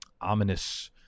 ominous